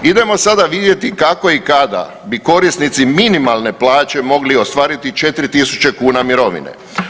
Idemo sada vidjeti kako i kada bi korisnici minimalne plaće bi mogli ostvariti 4.000 kuna mirovine.